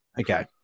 Okay